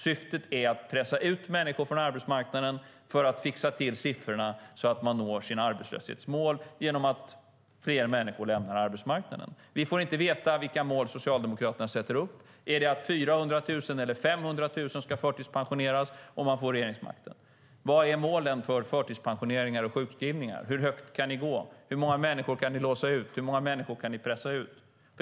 Syftet är att pressa ut människor från arbetsmarknaden för att fixa till siffrorna, så att man når sina arbetslöshetsmål genom att fler människor lämnar arbetsmarknaden. Vi får inte veta vilka mål Socialdemokraterna sätter upp. Är det att 400 000 eller 500 000 ska förtidspensioneras om man får regeringsmakten? Vad är målen för förtidspensioneringar och sjukskrivningar? Hur högt kan ni gå? Hur många människor kan ni låsa ute? Hur många människor kan ni pressa ut?